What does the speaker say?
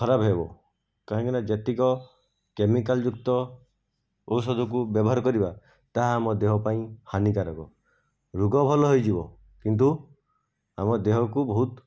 ଖରାପ ହେବ କାହିଁକିନା ଯେତିକ କେମିକାଲ୍ ଯୁକ୍ତ ଔଷଧକୁ ବ୍ୟବହାର କରିବା ତାହା ଆମ ଦେହ ପାଇଁ ହାନିକାରକ ରୋଗ ଭଲ ହୋଇଯିବ କିନ୍ତୁ ଆମ ଦେହକୁ ବହୁତ